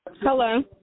Hello